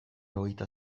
hogeita